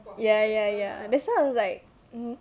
ya ya ya that's why I was like mm